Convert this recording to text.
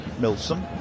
Milsom